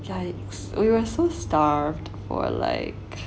yikes we were so starved for like